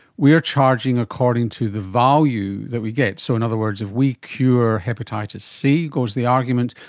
we are charging according to the value that we get. so in other words if we cure hepatitis c, goes the argument,